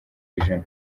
ijana